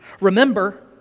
Remember